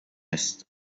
است